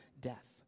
death